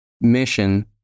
mission